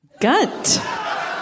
Gunt